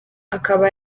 akaba